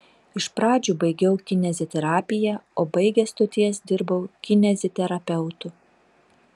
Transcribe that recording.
iš pradžių baigiau kineziterapiją o baigęs studijas dirbau kineziterapeutu